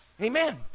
amen